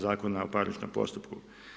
Zakona o parničnom postupku.